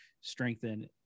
strengthen